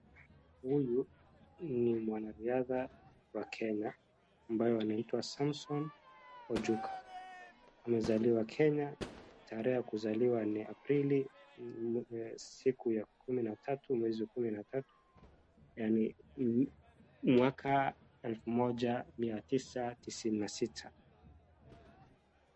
Huyu ni mwanaridha wa Kenya ambaye anaitwa Samson Ojuka. Amezaliwa Kenya tarehe ya kuzaliwa ni aprili siku ya kumi na tatu mwezi kumi na tatu yaani mwaka elfu moja mia tisa tisini na tisa.